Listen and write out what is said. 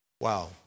Wow